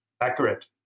accurate